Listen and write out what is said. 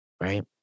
right